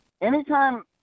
anytime